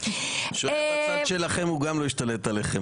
כשהוא היה בצד שלכם, הוא גם לא השתלט עליכם.